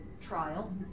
trial